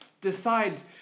decides